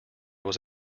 was